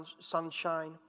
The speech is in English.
sunshine